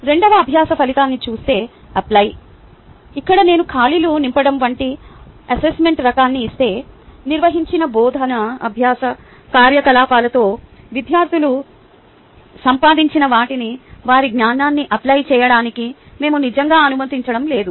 రెండవ అభ్యాస ఫలితాన్ని చూస్తే అప్లై ఇక్కడ నేను ఖాళీలు నింపడం వంటి అసెస్మెంట్ రకాన్ని ఇస్తే నిర్వహించిన బోధనా అభ్యాస కార్యకలాపాలతో విద్యార్థులు సంపాదించిన వాటిని వారి జ్ఞానాన్ని అప్లై చేయడానికి మేము నిజంగా అనుమతించడం లేదు